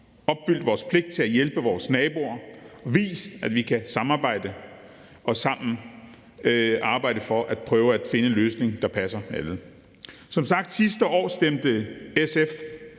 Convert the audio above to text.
opfyldt vores pligt til at hjælpe vores naboer og vist, at vi kan samarbejde og arbejde sammen for at prøve at finde en løsning, der passer alle. SF stemte sidste gang